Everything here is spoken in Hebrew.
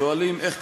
ואני רוצה לתת